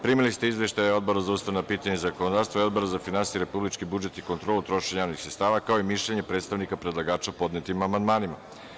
Primili ste izveštaje Odbora za ustavna pitanja i zakonodavstvo i Odbora za finansije, republički budžet i kontrolu trošenja javnih sredstava, kao i mišljenje predstavnika predlagača o podnetim amandmanima.